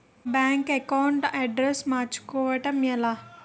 Bank account address మార్చుకోవడం ఎలా?